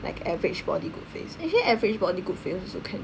like average body good face actually average body good face also can